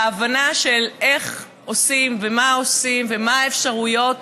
ההבנה איך עושים ומה עושים ומה האפשרויות